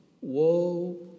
Woe